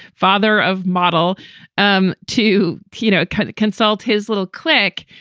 father of model um to to you know kind of consult his little click,